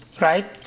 right